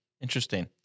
Interesting